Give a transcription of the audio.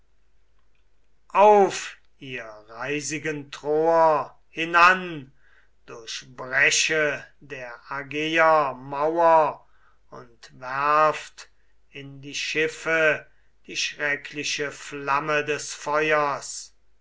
auf ihr reisigen troer hinan durchbreche der argeier mauer und werft in die schiffe die schreckliche flamme des feuers